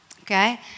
Okay